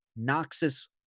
Noxus